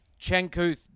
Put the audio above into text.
chankuth